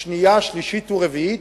שנייה, שלישית ורביעית.